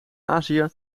azië